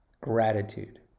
gratitude